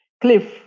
Cliff